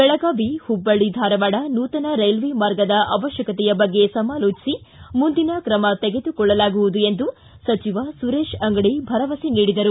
ಬೆಳಗಾವಿ ಧಾರವಾಡ ಹುಬ್ಬಳ್ಳಿ ನೂತನ ರೈಲ್ವೆ ಮಾರ್ಗದ ಅವಶ್ಯಕತೆಯ ಬಗ್ಗೆ ಸಮಾಲೋಚಿಸಿ ಮುಂದಿನ ತ್ರಮ ತೆಗೆದುಕೊಳ್ಳಲಾಗುವುದು ಎಂದು ಸಚಿವ ಸುರೇಶ ಅಂಗಡಿ ಭರವಸೆ ನೀಡಿದರು